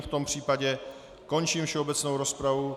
V tom případě končím všeobecnou rozpravu.